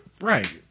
Right